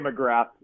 McGrath